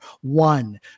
One